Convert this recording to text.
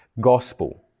gospel